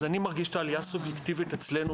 אז אני מרגיש את העלייה סובייקטיבית אצלנו